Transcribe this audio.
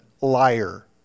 liar